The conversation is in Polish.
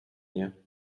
mnie